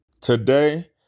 Today